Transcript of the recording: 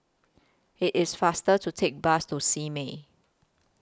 IT IS faster to Take The Bus to Simei